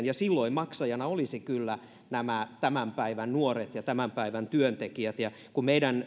ja silloin maksajana olisivat kyllä tämän päivän nuoret ja tämän päivän työntekijät ja kun meidän